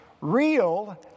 Real